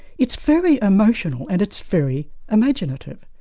it's very emotional and it's very imaginative.